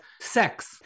sex